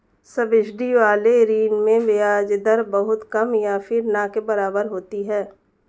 subsidy वाले ऋण में ब्याज दर बहुत कम या फिर ना के बराबर होती है